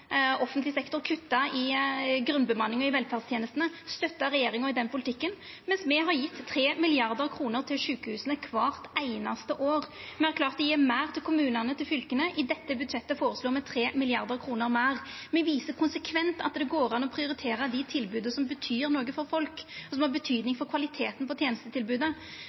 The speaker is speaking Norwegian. offentleg sektor, kutta i grunnbemanninga i velferdstenestene – støtta regjeringa i den politikken – mens me har gjeve 3 mrd. kr til sjukehusa kvart einaste år. Me har klart å gje meir til kommunane og fylka. I dette budsjettet føreslår me 3 mrd. kr meir. Me viser konsekvent at det går an å prioritera dei tilboda som betyr noko for folk, og som betyr noko for kvaliteten på tenestetilbodet.